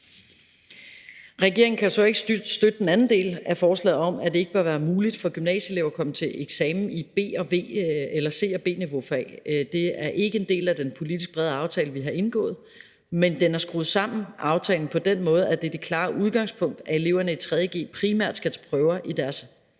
Regeringen kan jo så ikke støtte den anden del af forslaget om, at det ikke bør være muligt for gymnasieelever at komme til eksamen i B- og C-niveaufag. Det er ikke en del af den brede politiske aftale, vi har indgået, men aftalen er skruet sammen på den måde, at det er det klare udgangspunkt, at eleverne i 3. g primært skal til prøver i deres